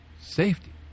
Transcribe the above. safety